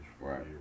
Right